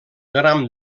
gram